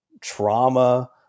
trauma